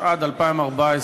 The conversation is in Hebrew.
התשע"ד 2014,